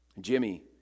Jimmy